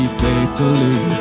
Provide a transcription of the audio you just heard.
faithfully